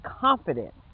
confident